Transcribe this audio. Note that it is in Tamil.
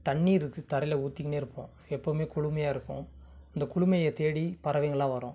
தண்ணீர்ருக்கு தரையில் ஊத்திக்கினே இருப்போம் எப்போவுமே குளுமையாக இருக்கும் அந்த குளுமையை தேடி பறவைங்கலாம் வரும்